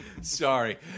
Sorry